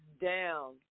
down